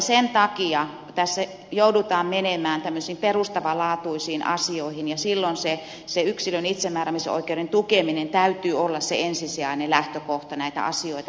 sen takia tässä joudutaan menemään tämmöisiin perustavalaatuisiin asioihin ja silloin sen yksilön itsemääräämisoikeuden tukemisen täytyy olla se ensisijainen lähtökohta näitä asioita päätettäessä